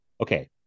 Okay